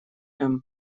три